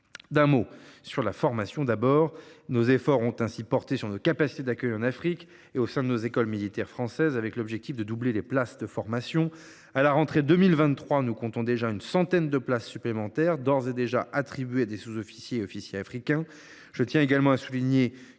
En matière de formation, tout d’abord, nos efforts ont ainsi porté sur nos capacités d’accueil en Afrique et au sein de nos écoles militaires françaises, avec l’objectif de doubler les places de formation : à la rentrée 2023, nous comptons déjà une centaine de places supplémentaires, d’ores et déjà attribuées à des sous officiers et officiers africains. En 2022, en outre,